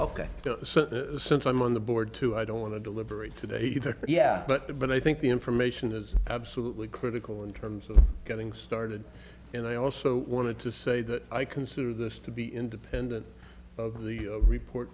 ok since i'm on the board too i don't want to deliberate today yeah but i think the information is absolutely critical in terms of getting started and i also wanted to say that i consider this to be independent of the report